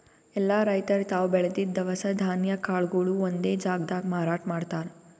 ಎಲ್ಲಾ ರೈತರ್ ತಾವ್ ಬೆಳದಿದ್ದ್ ದವಸ ಧಾನ್ಯ ಕಾಳ್ಗೊಳು ಒಂದೇ ಜಾಗ್ದಾಗ್ ಮಾರಾಟ್ ಮಾಡ್ತಾರ್